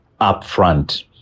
upfront